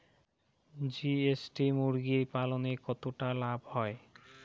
GST মুরগি পালনে কতটা লাভ হয়?